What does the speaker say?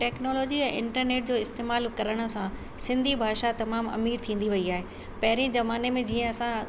technology ऐं internet जे इस्तेमाल करण सां सिंधी भाषा तमामु अमीर थींदी वई आहे पहिरियों ज़माने में जीअं असां